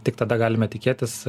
tik tada galime tikėtis